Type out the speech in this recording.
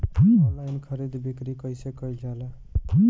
Online खरीद बिक्री कइसे कइल जाला?